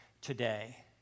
today